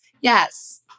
Yes